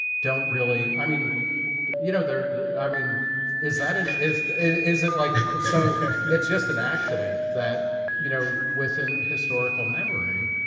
don't really i mean you know they're i mean is that it is is it like so it's just an accident that you know within historical memory,